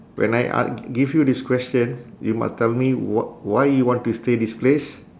when I a~ g~ give you this question you must tell me wh~ why you want to stay this place